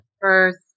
first